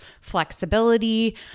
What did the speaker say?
flexibility